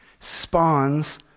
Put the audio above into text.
Spawns